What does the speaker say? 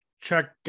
check